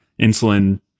insulin